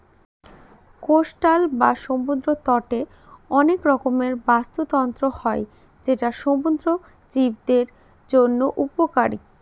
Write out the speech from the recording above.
coastal বা সমুদ্র তটে অনেক রকমের বাস্তুতন্ত্র হয় যেটা সমুদ্র জীবদের জন্য উপকারী